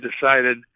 decided